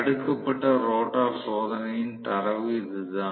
தடுக்கப்பட்ட ரோட்டார் சோதனையின் தரவு இதுதான்